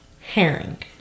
Herring